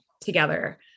together